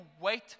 wait